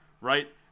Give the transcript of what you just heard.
right